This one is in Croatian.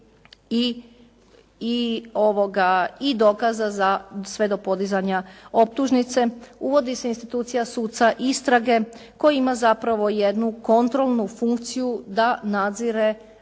i dokaza za sve do podizanja optužnice. Uvodi se institucija suca istrage koji ima zapravo jednu kontrolnu funkciju da nadzire zakonitost